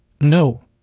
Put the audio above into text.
no